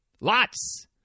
lots